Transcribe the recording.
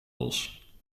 bos